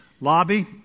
lobby